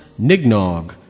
nignog